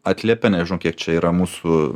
atliepia nežinau kiek čia yra mūsų